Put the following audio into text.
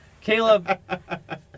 Caleb